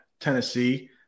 Tennessee